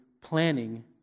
planning